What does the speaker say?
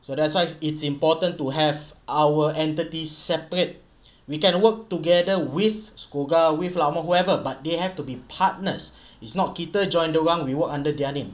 so that's why it's important to have our entity separate we can work together with SCOGA with ah whoever but they have to be partners it's not kita join dia orang we work under their name